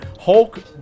Hulk